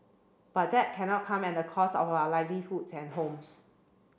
but that cannot come at the cost of our livelihoods and homes